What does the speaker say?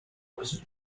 was